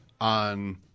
on